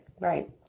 Right